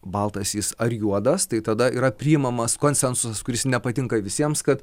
baltas jis ar juodas tai tada yra priimamas konsensusas kuris nepatinka visiems kad